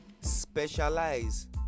specialize